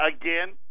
again